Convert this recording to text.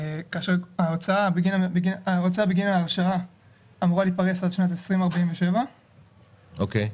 כאשר ההוצאה בגין ההכשרה אמורה להתפרס על לשנת 2047. אוקיי.